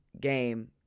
game